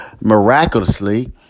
miraculously